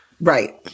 Right